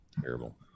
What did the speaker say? Terrible